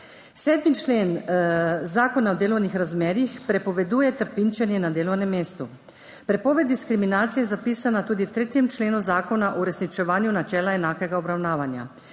7. člen zakona o delovnih razmerjih prepoveduje trpinčenje na delovnem mestu. Prepoved diskriminacije je zapisana tudi v 3. členu zakona o uresničevanju načela enakega obravnavanja.